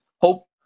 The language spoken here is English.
Hope